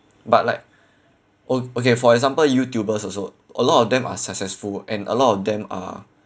but like o~ okay for example youtubers also a lot of them are successful and a lot of them are